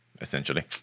essentially